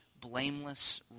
blameless